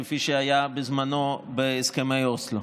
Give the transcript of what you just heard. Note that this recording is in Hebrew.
כפי שהיה בזמנו בהסכמי אוסלו.